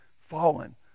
fallen